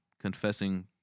confessing